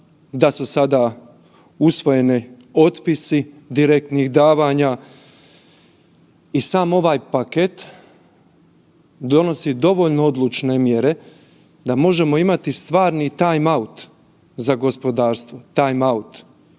Da su sada usvojene otpisi direktnih davanja i sam ovaj paket donosi dovoljno odlučne mjere da možemo imati stvarni time-out za gospodarstvo. Time-out